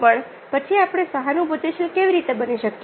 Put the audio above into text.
પણ પછી આપણે સહાનુભૂતિ શીલ કેવી રીતે બની શકીએ